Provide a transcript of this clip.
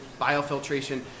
biofiltration